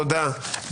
תודה.